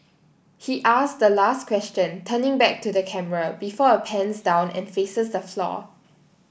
he asks the last question turning back to the camera before it pans down and faces the floor